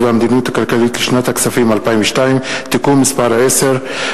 והמדיניות הכלכלית לשנת הכספים 2002) (תיקון מס' 10),